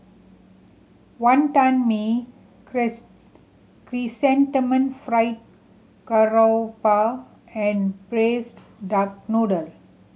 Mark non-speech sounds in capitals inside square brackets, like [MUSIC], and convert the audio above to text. Wonton Mee [UNINTELLIGIBLE] Chrysanthemum Fried Garoupa and Braised Duck Noodle